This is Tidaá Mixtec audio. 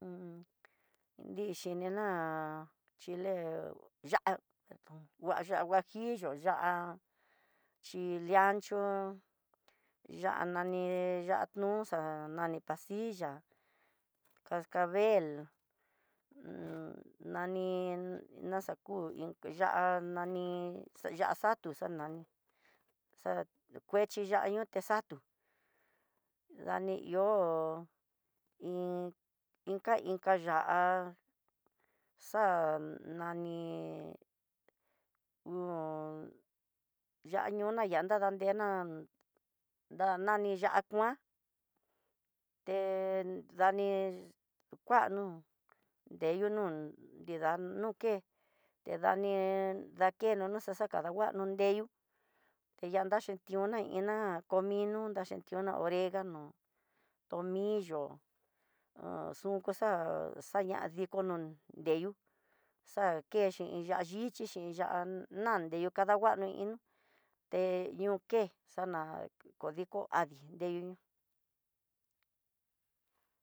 dixhinina chile ya'á ngua ya'á huajillo, ya'á chile ancho, ya'á nani ya'á nunxa'a nani pasilla, cascabel nani naxaku iin ya'á nani ya'á xatu a nani, dakuechi daño tixatu, dani ihó inka inka ya'á ha xa nani un ya'á ñona ña yadande ndená nda nani ya'á kuan te dani kuano nreyuno nida noke tedani dakeno noxakanguano ndeyu tedan daxhi tión nona iná comino ndachintiuna iná comino dachintiona oregano tomillo ho xunku xa'á, xañandikonon deyu xakexhi ya'á yichi xhin ya'á ndeyu kadanguano inó te ion ké na kodiko adii, nreyu ñoo.